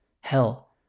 Hell